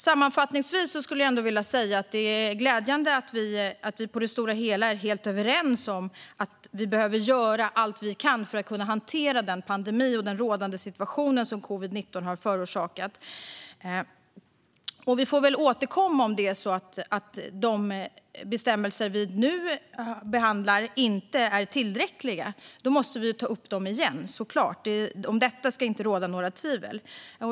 Sammanfattningsvis skulle jag ändå vilja säga att det är glädjande att vi på det stora hela är överens om att vi behöver göra allt vi kan för att hantera den rådande situation som covid-19 har förorsakat. Vi får väl återkomma om de bestämmelser som vi nu behandlar inte är tillräckliga. I så fall måste vi såklart ta upp dem igen. Om detta ska det inte råda några tvivel.